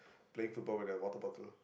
playing football with a water bottle